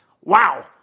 Wow